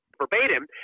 verbatim